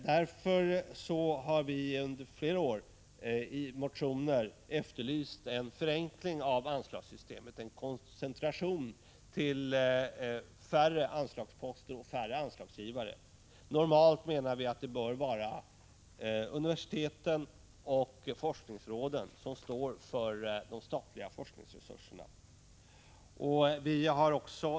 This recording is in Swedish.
Därför har vi under flera år i motioner efterlyst en förenkling av anslagssystemet, en koncentration till färre anslagsposter och färre anslagsgivare. Vi menar att det normalt bör vara universiteten och forskningsråden som fördelar de statliga forskningsresurserna.